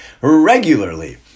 regularly